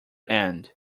end